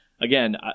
again